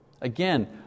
Again